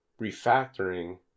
refactoring